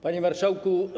Panie Marszałku!